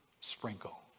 sprinkle